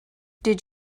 did